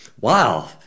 wow